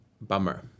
Bummer